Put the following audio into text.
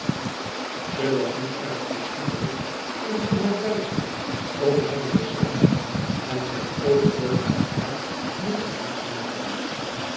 ze was niet erg toeschietelijk en van haar blijdschap over zijn desertie en zijn overlopen naar haar liet zij niets merken